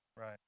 Right